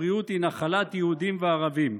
אתמול עשרות ערבים התפרעו,